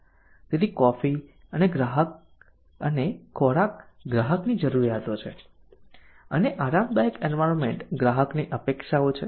તેથી કોફી અને ખોરાક ગ્રાહકની જરૂરિયાતો છે અને આરામદાયક એન્વાયરમેન્ટ ગ્રાહકની અપેક્ષાઓ છે